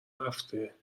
رفته